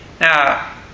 Now